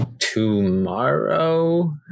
tomorrow